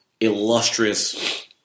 illustrious